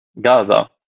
Gaza